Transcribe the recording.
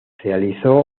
realizó